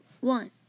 one